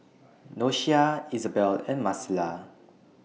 Doshia Isabell and Marcela